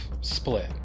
Split